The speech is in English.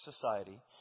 society